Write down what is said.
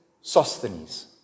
Sosthenes